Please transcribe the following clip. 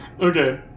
Okay